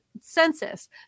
census